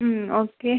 ம் ஓகே